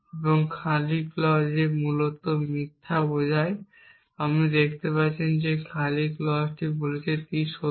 এবং খালি clause এ মূলত মিথ্যা বোঝায় আপনি দেখতে পাচ্ছেন যে খালি clause টি বলছে T সত্য